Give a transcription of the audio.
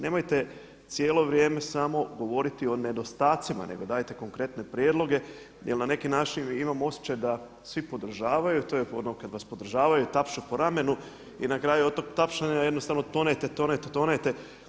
Nemojte cijelo vrijeme samo govoriti o nedostacima, nego dajte konkretne prijedloge jer na neki način imam osjećaj da svi podržavaju, to je ono kad vas podržavaju, tapšu po ramenu i na kraju od tog tapšanja jednostavno tonete, tonete.